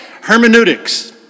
Hermeneutics